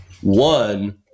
One